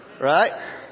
right